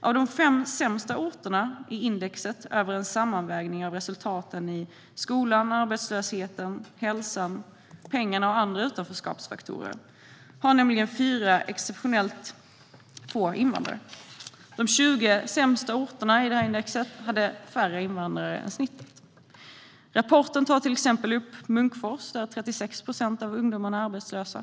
Av de fem sämsta orterna i indexet över en sammanvägning av resultaten vad gäller skola, arbetslöshet, hälsa, pengar och andra utanförskapsfaktorer har nämligen fyra exceptionellt få invandrare. De 20 sämsta orterna i indexet hade färre invandrare än snittet. Rapporten tar till exempel upp Munkfors, där 35 procent av ungdomarna är arbetslösa.